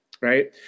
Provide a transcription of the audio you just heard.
right